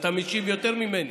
אתה משיב יותר ממני.